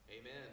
Amen